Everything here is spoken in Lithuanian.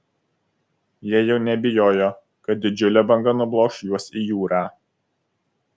jie jau nebijojo kad didžiulė banga nublokš juos į jūrą